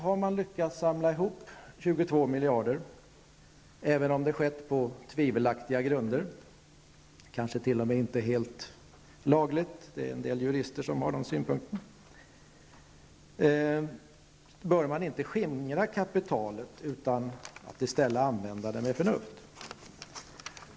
Har man lyckats samlat in 22 miljarder, även om det skett på tvivelaktiga grunder och kanske t.o.m. inte helt lagligt -- en del jurister anser det -- bör man inte skingra kapitalet utan använda det med förnuft.